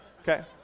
Okay